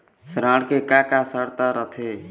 ऋण के का का शर्त रथे?